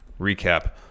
recap